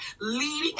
leading